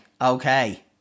Okay